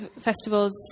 festivals